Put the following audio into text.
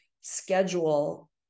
schedule